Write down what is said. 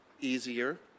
easier